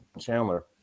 Chandler